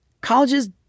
Colleges